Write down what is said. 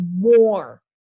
more